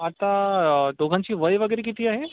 आता दोघांचे वय वगैरे किती आहे